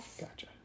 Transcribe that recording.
Gotcha